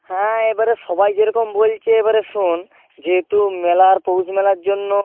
হ্যাঁ এবারে সবাই যেরকম বলছে এবারে শোন যেহেতু মেলার পৌষ মেলার জন্য